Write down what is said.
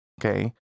okay